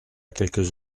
quelques